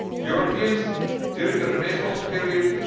europeans during the renaissance period.